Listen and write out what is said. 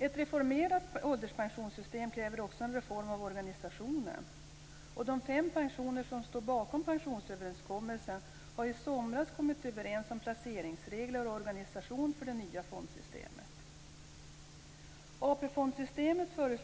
Ett reformerat ålderspensionssystem kräver också en reform av organisationen. De fem partier som står bakom pensionsöverenskommelsen har i somras kommit överens om placeringsregler och organisation för det nya fondsystemet. 1 januari